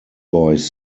boys